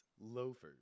loafers